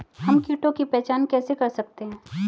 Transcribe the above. हम कीटों की पहचान कैसे कर सकते हैं?